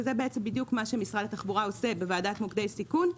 שזה בדיוק מה שמשרד התחבורה עושה בוועדת מוקדי סיכון.